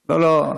לא, לא.